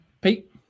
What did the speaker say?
Pete